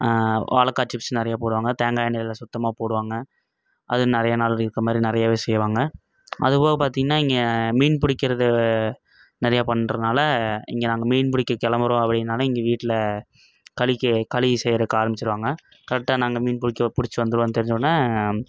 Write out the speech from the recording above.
வாழக்காய் chips நிறையா போடுவாங்க தேங்காய் எண்ணெயில் சுத்தமாக போடுவாங்க அது நிறையா நாள் இருக்கற மாதிரி நிறையாவே செய்வாங்க அதுபோக பார்த்திங்கன்னா இங்கே மீன் பிடிக்கிறது நிறையா பண்ணுறதுனால இங்கே நாங்கள் மீன் பிடிக்க கிளம்புறோம் அப்டின்னாலே இங்கே வீட்டில் களிக்கு களி செய்கிறதுக்கு ஆரம்பிச்சிடுவாங்க கரெக்டாக நாங்கள் மீன் பிடிக்க புபிடிச்சி வந்துடுவோன்னு தெரிஞ்சோவுடன்ன